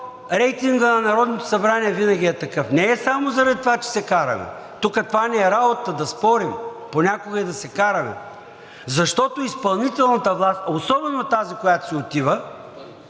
рейтингът на Народното събрание винаги е такъв? Не е само заради това, че се караме. Тук това ни е работата – да спорим, понякога и да се караме. Защото изпълнителната власт, особено тази, която си отива,